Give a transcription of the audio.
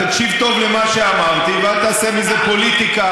תקשיב טוב למה שאמרתי ואל תעשה מזה פוליטיקה,